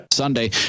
Sunday